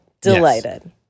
delighted